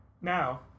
Now